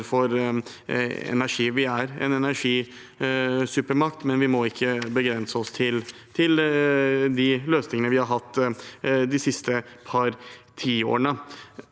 Vi er en energisupermakt, men vi må ikke begrense oss til de løsningene vi har hatt de siste par tiårene.